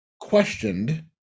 questioned